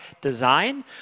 design